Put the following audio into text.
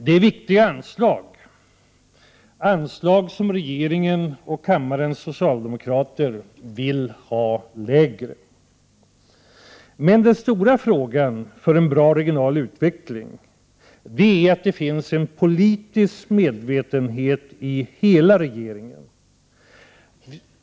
Det är viktiga anslag, anslag som regeringen och kammarens socialdemokrater vill sänka. Det väsentliga för en bra regional utveckling är att det finns en politisk medvetenhet i hela regeringen.